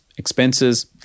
expenses